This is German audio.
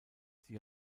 sie